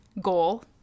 goal